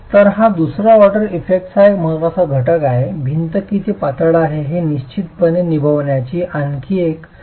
तर हा दुसरा ऑर्डर इफेक्टचा एक महत्त्वाचा घटक आहे भिंत किती पातळ आहे हे निश्चितपणे निभावण्याची आणखी एक भूमिका आहे